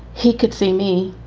he could see me.